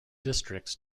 districts